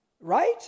right